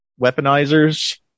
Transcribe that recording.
weaponizers